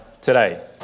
today